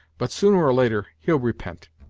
but sooner or later he'll repent.